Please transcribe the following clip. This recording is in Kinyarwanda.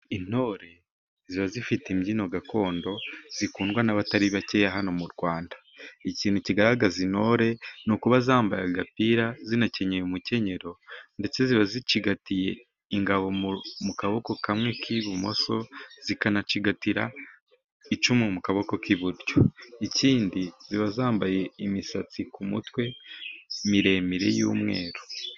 Intore ziba zifite imbyino gakondo zikundwa n'abatari bakeya hano mu Rwanda, ikintu kigaragaza intore ni ukuba zambaye agapira zinakenyeye umukenyero, ndetse ziba zicigatiye ingabo mu kaboko kamwe k'ibumoso, zikanacigatira icumu mu kaboko kw'iburyo ikindi ziba zambaye imisatsi ku mutwe miremire y'umweru.